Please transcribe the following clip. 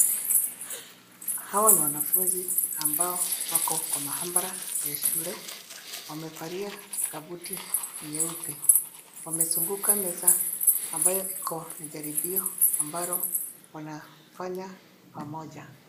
Hawa ni wanafunzi amabao wako kwa maabara ya shule, wamevalia kabuti nyeupe, wamezunguka meza ambayo iko na jaribio ambalo wanafanya pamoja.